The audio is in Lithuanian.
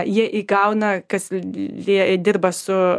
jie įgauna kas lie dirba su